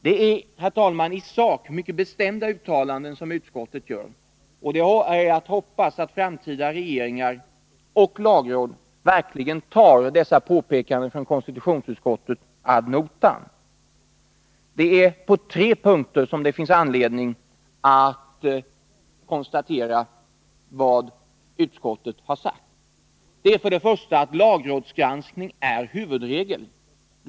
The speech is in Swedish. Det är i sak mycket bestämda uttalanden som utskottet gör, och det är att hoppas att framtida regeringar och lagråd verkligen tar dessa påpekanden från konstitutionsutskottet ad notam. Det är på två punkter som det finns anledning att göra detta. För det första: Lagrådsgranskning är huvudregel.